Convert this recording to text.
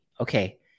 okay